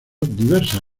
diversas